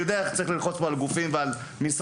ואני יודע איך צריך ללחוץ פה על גופים ועל משרדים.